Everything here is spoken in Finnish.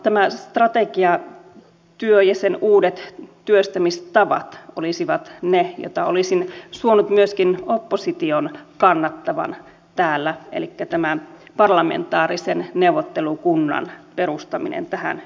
tämä strategiatyö ja sen uudet työstämistavat olisivat niitä joita olisin suonut myöskin opposition kannattavan täällä elikkä tämä parlamentaarisen neuvottelukunnan perustaminen tähän yhteyteen